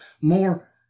more